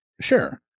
Sure